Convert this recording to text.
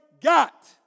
got